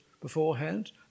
beforehand